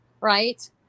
right